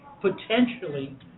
potentially